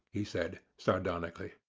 he said, sardonically.